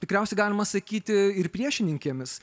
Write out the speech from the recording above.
tikriausiai galima sakyti ir priešininkėmis